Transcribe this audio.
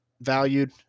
valued